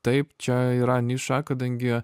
taip čia yra niša kadangi